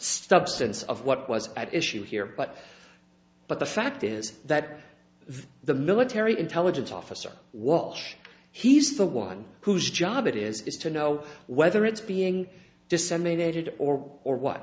sense of what was at issue here but but the fact is that the military intelligence officer walsh he's the one whose job it is is to know whether it's being disseminated or or what